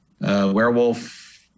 Werewolf